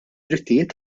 drittijiet